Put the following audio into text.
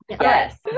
yes